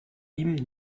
ihm